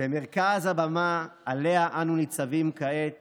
במרכז הבמה שעליה אנו ניצבים כעת